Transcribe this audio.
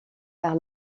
par